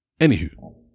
Anywho